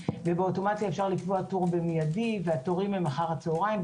ובאוטומציה אפשר לקבוע תור במיידי והתורים הם אחר הצהריים.